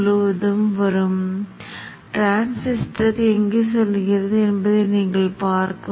மேலும் சிவப்பு நிறமானது டிமேக்னடைசிங் மின்னோட்டம் என்று நீங்கள் பார்க்கலாம்